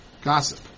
gossip